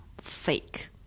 fake